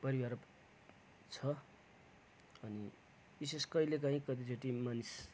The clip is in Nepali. परिवार छ अनि विशेष कहिलेकाहीँ कतिचोटि मानिस